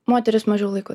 moterys mažiau laiko